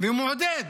והוא מעודד